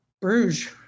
Bruges